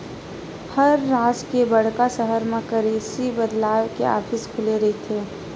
हर राज के बड़का सहर म करेंसी बदलवाय के ऑफिस खुले रहिथे